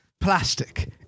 Plastic